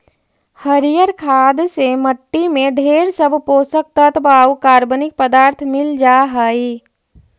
हरियर खाद से मट्टी में ढेर सब पोषक तत्व आउ कार्बनिक पदार्थ मिल जा हई